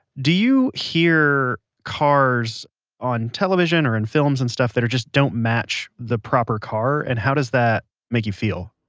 do you hear cars on television or in films and stuff that just don't match the proper car and how does that make you feel?